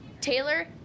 Taylor